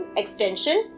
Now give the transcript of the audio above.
extension